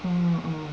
orh orh